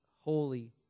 holy